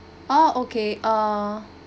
orh okay uh